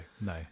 no